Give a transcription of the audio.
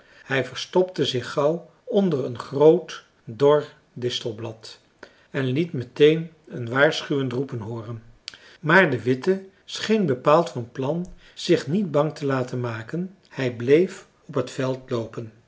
hij verstopte zich gauw onder een groot dor distelblad en liet meteen een waarschuwend roepen hooren maar de witte scheen bepaald van plan zich niet bang te laten maken hij bleef op het veld loopen